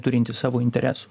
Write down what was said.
turinti savo interesų